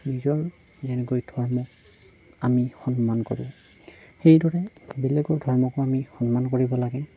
নিজৰ যেনেকৈ ধৰ্মক আমি সন্মান কৰোঁ সেইদৰে বেলেগৰ ধৰ্মকো আমি সন্মান কৰিব লাগে